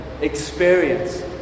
experience